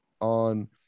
on